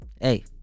Hey